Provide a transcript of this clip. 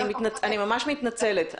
אני ממש מתנצלת.